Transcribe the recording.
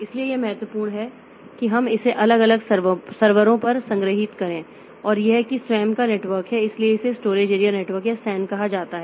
इसलिए यह महत्वपूर्ण है कि हम इसे कुछ अलग सर्वरों पर संग्रहित करें और यह कि यह स्वयं का नेटवर्क है इसलिए इसे स्टोरेज एरिया नेटवर्क या SAN कहा जाता है